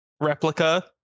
replica